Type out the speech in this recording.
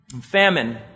famine